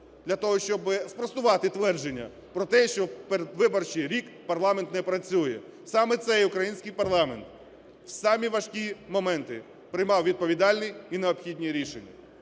для того, щоб спростувати твердження про те, що в передвиборчий рік парламент не працює. Саме цей український парламент в самі важкі моменти приймав відповідальні і необхідні рішення.